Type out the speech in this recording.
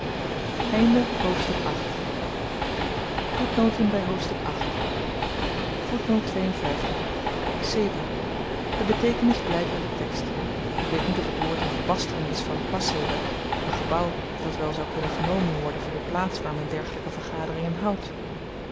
hoofdstuk hoofdstuk de beteekenis blykt uit den tekst ik weet niet of t woord n verbastering is van pasehbah n gebouw dat wel zou kunnen genomen worden voor de plaats waar men dergelyke vergaderingen houdt